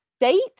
state